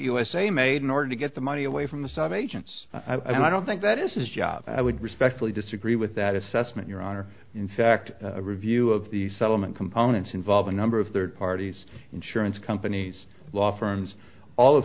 usa made in order to get the money away from the sub agents i don't think that is his job i would respectfully disagree with that assessment your honor in fact a review of the settlement components involve a number of third parties insurance companies law firms all of